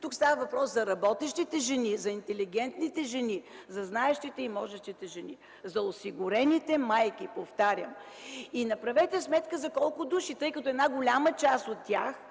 са осигурени, а за работещите жени, за интелигентните жени, за знаещите и можещите жени. Повтарям: за осигурените майки! И направете сметка за колко души, тъй като една голяма част от тях